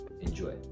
Enjoy